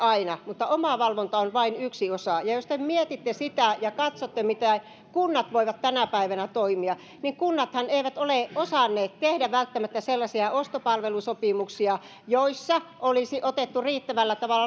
aina mutta omavalvonta on vain yksi osa ja jos te mietitte sitä ja katsotte miten kunnat voivat tänä päivänä toimia niin kunnathan eivät ole osanneet tehdä välttämättä sellaisia ostopalvelusopimuksia joissa olisi otettu riittävällä tavalla